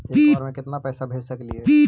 एक बार मे केतना पैसा भेज सकली हे?